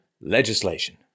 legislation